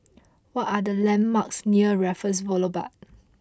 what are the landmarks near Raffles Boulevard